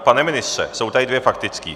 Pane ministře, jsou tady dvě faktické.